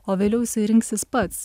o vėliau jisai rinksis pats